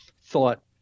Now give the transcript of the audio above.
thought